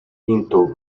into